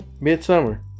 midsummer